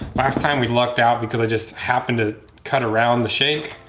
last time we lucked out because i just happen to cut around the shank,